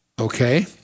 Okay